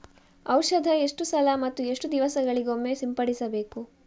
ಔಷಧ ಎಷ್ಟು ಸಲ ಮತ್ತು ಎಷ್ಟು ದಿವಸಗಳಿಗೊಮ್ಮೆ ಸಿಂಪಡಿಸಬೇಕು?